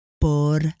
por